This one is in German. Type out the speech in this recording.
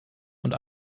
und